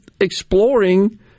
exploring